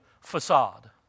facade